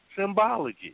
symbology